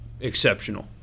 exceptional